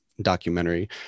documentary